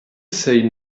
say